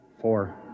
Four